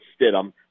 Stidham